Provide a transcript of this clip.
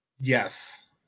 Yes